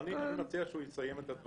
אני מציע לתת לו